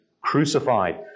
crucified